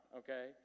okay